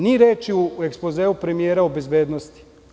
Ni reči u ekspozeu premijera o bezbednosti.